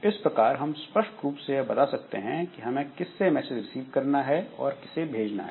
इस प्रकार हम स्पष्ट रूप से यह बता सकते हैं कि हमें किस से मैसेज रिसीव करना है और किसे भेजना है